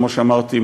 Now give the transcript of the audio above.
כמו שאמרתי,